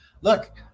Look